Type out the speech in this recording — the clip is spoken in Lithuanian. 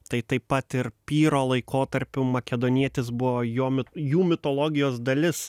tai taip pat ir pyro laikotarpiu makedonietis buvo jo jų mitologijos dalis